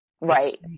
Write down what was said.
right